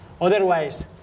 Otherwise